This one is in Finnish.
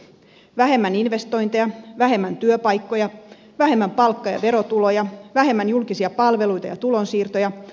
vähemmän investointeja vähemmän työpaikkoja vähemmän palkka ja verotuloja vähemmän julkisia palveluita ja tulonsiirtoja